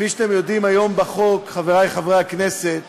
כפי שאתם יודעים, היום בחוק, חברי חברי הכנסת,